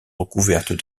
recouvertes